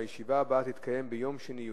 הישיבה הבאה תתקיים ביום שני,